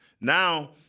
now